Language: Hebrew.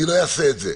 אני לא אעשה את זה.